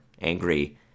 angry